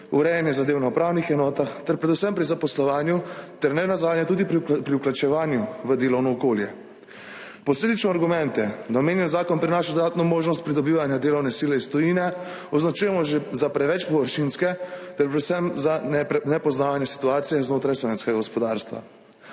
urejanju zadev na upravnih enotah ter predvsem pri zaposlovanju ter nenazadnje tudi pri vključevanju v delovno okolje. Posledično argumente, da omenjen zakon prinaša dodatno možnost pridobivanja delovne sile iz tujine, označujemo že za preveč površinske ter predvsem za nepoznavanje situacije znotraj slovenskega gospodarstva.